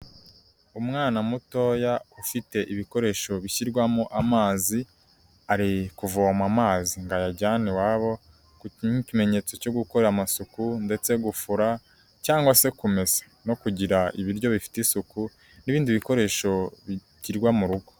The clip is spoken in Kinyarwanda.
Umwana mutoya ufite ibikoresho bishyirwamo amazi ari kuvoma amazi ngo ayajyane iwabo nk'ikimenyetso cyo gukora amasuku ndetse gufura cyangwa se kumesa no kugira ibiryo bifite isuku n'ibindi bikoresho bishyirwa mu rugo.